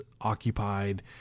occupied